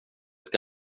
ett